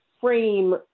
frame